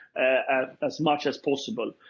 as as much as possible.